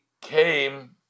came